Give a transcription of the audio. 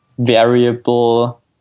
variable